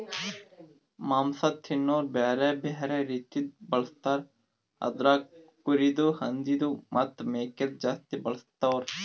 ಮಾಂಸ ತಿನೋರು ಬ್ಯಾರೆ ಬ್ಯಾರೆ ರೀತಿದು ಬಳಸ್ತಾರ್ ಅದುರಾಗ್ ಕುರಿದು, ಹಂದಿದು ಮತ್ತ್ ಮೇಕೆದು ಜಾಸ್ತಿ ಬಳಸ್ತಾರ್